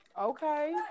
Okay